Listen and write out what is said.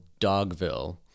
Dogville